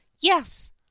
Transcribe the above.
yes